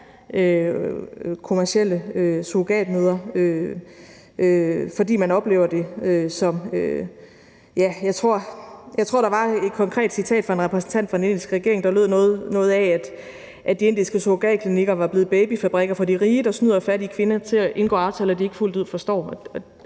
kommercielle surrogatmødre. Jeg tror, der findes et konkret citat fra en repræsentant fra den indiske regering, der lød lidt hen ad, at de indiske surrogatklinikker var blevet babyfabrikker for de rige, der snyder fattige kvinder til at indgå aftaler, de ikke fuldt ud forstår